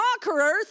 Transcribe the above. conquerors